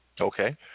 Okay